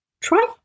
Try